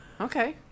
okay